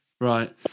Right